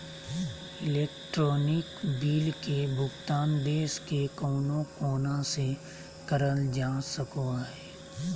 electronic bill के भुगतान देश के कउनो कोना से करल जा सको हय